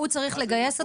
כמו שיבא,